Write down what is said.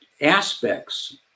aspects